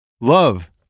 love